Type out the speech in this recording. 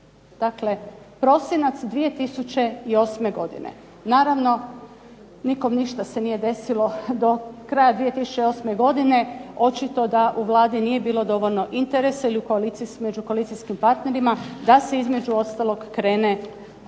dakle prosinac 2008. godine. Naravno nikom ništa se nije desilo do kraja 2008. godine, očito da u Vladi nije bilo dovoljno interesa ili među koalicijskim partnerima da se između ostalog krene i